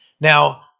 Now